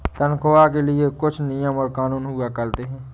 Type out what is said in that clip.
तन्ख्वाह के भी कुछ नियम और कानून हुआ करते हैं